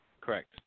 Correct